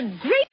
great